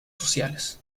sociales